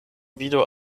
vidu